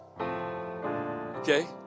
Okay